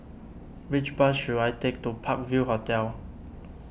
which bus should I take to Park View Hotel